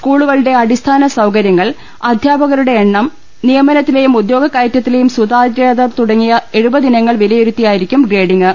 സ്കൂളുകളുടെ അടിസ്ഥാന സൌകര്യങ്ങൾ അധ്യാപകരുടെ എണ്ണം നിയമനത്തി ലെയും ഉദ്യോഗകയറ്റത്തിലെയും സുതാര്യത തുടങ്ങിയ എഴുപ ത ൾ ങ്ങ വില യി രു ത്തി യാ യി രിക്കും ഗ്രേഡിം ഗ്